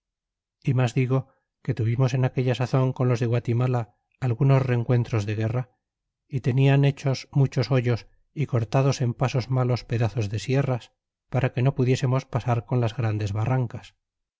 y mas digo que tuvimos en aquella sazon con los de guatimala algunos reencuentros de guerra y tenian hechos muchos hoyos y cortados en pasos malos pedazos de sierras para que no pudiésemos pasar con las grandes barrancas